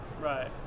Right